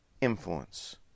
influence